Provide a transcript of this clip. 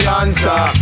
answer